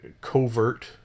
covert